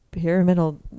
pyramidal